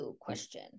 question